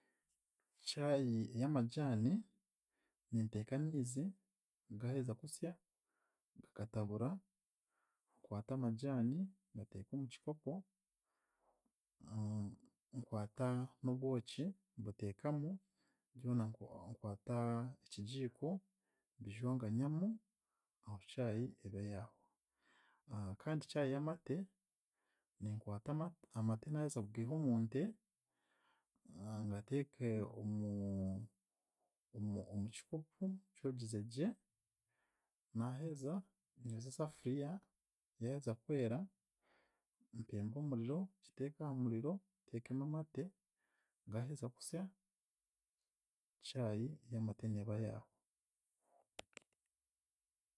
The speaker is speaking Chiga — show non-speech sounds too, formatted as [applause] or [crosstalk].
Chai ey'amajaani, ninteeka amaizi gaaheza kusya gakatabura, nkwata amajaani ngateeka omu kikopo, [hesitation] nkwata n'obwoki mbuteekamu, byona nkwa nkwata ekigiiko mbijonganyamu, aho chai ebe yaahwa. [hesitation] Kandi chai y'amate ninkwata ama- amate naaheza kugaiha omunte [hesitation] ngateeke omu- omu kikopo kyogize gye, naaheza nyoze esafuriya, yaaheza kwera mpembe omuriro, ngiteeke aha muriro, nteekemu amate, gaaheza kusya, chai y'amate neeba yaahwa.